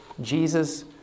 Jesus